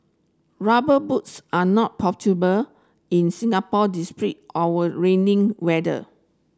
rubber boots are not in Singapore our raining weather